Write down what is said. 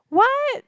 what